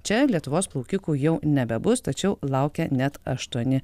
čia lietuvos plaukikų jau nebebus tačiau laukia net aštuoni